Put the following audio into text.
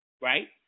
Right